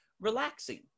relaxing